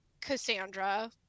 Cassandra